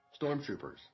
stormtroopers